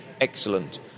excellent